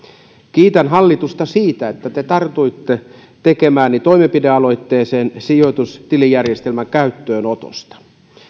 kiitän hallitusta siitä että te tartuitte tekemääni toimenpidealoitteeseen sijoitustilijärjestelmän käyttöönotosta